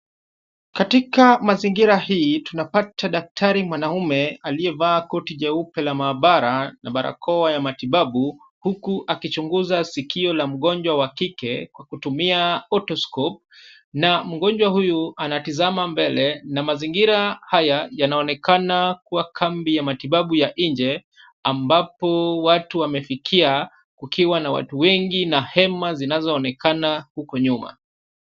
Katika mazingira hili tunapata daktari mwanaume aliyevaa koti jeupe la maabara na barakoa ya matibabu huku akichunguza sikio la mgonjwa wa kike kwa kutumia othoscope na mgonjwa huyu anatizama mbele na mazingira haya yanaonekana kubwa kambi ya matibabu ya nje ambapo watu wamefikia kukiwa na watu wengi na hema zinazoonekana hapo nyuma.